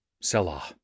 Selah